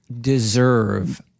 deserve—